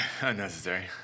Unnecessary